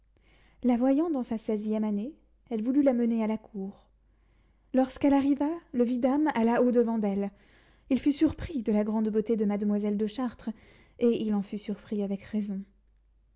la voyant dans sa seizième année elle voulut la mener à la cour lorsqu'elle arriva le vidame alla au-devant d'elle il fut surpris de la grande beauté de mademoiselle de chartres et il en fut surpris avec raison